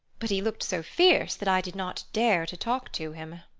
but he looked so fierce that i did not dare to talk to him.